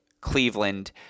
Cleveland